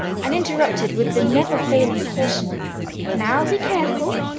and interrupting with the never-failing caution now be careful!